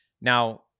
Now